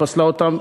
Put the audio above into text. פסלה אותם,